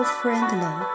friendly